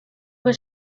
que